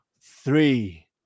three